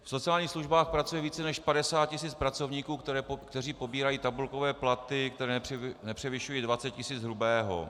V sociálních službách pracuje více než 50 tisíc pracovníků, kteří pobírají tabulkové platy, které nepřevyšují 20 tisíc hrubého.